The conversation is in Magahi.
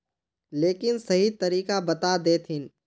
लेकिन सही तरीका बता देतहिन?